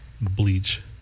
Bleach